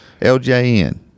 LJN